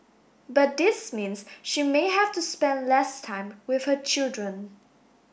but this means she may have to spend less time with her children